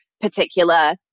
particular